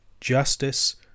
Justice